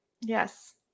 Yes